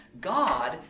God